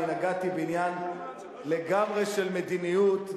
אני נגעתי בעניין שהוא לגמרי של מדיניות,